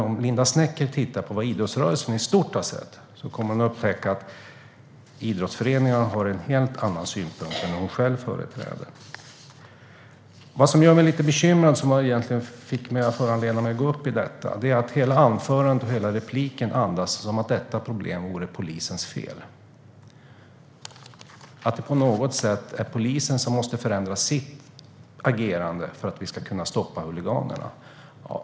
Om Linda Snecker tittar på vad idrottsrörelsen i stort har sagt kommer hon att upptäcka att idrottsföreningarna har en helt annan synpunkt än den som hon själv företräder. Vad som gör mig lite bekymrad och som fick mig att gå upp här är att hela anförandet och replikskiftet andas att detta problem är polisens fel och att det på något sätt är polisen som måste förändra sitt agerande för att vi ska kunna stoppa huliganerna.